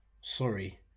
Sorry